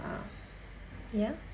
um ya